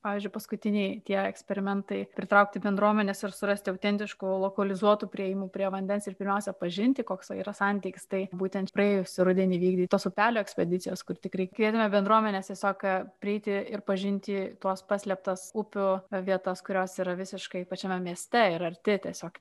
pavyzdžiui paskutiniai tie eksperimentai pritraukti bendruomenes ir surasti autentiškų lokalizuotų priėjimų prie vandens ir pirmiausia pažinti koksai yra santykis tai būtent praėjusį rudenį vykdytos upelio ekspedicijos kur tik reikėdavo bendruomenės tiesiog prieiti ir pažinti tuos paslėptas upių vietas kurios yra visiškai pačiame mieste ir arti tiesiog